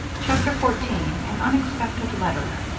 chapter fourteen an unexpected letter